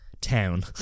town